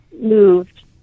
moved